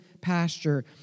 pasture